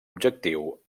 objectiu